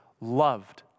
loved